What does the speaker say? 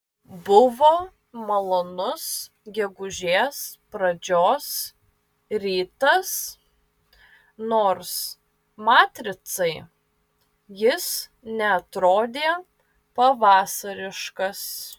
buvo malonus gegužės pradžios rytas nors matricai jis neatrodė pavasariškas